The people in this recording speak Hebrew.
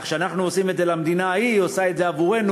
כך שאנחנו עושים את זה למדינה ההיא והיא עושה את זה עבורנו,